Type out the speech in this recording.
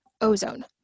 ozone